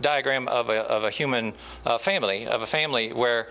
diagram of a of a human family of a family where